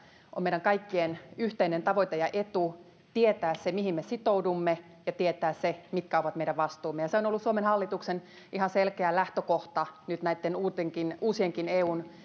on meidän kaikkien yhteinen tavoite ja etu tietää se mihin me sitoudumme ja tietää se mitkä ovat meidän vastuumme se on ollut suomen hallituksen ihan selkeä lähtökohta nyt näitten uusienkin uusienkin eun